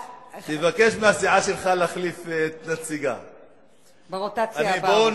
תבקש מהסיעה שלך להחליף, ברוטציה הבאה.